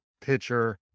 pitcher